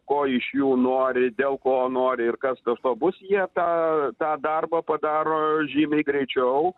ko iš jų nori dėl ko nori ir kas iš to bus jie tą tą darbą padaro žymiai greičiau